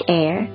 air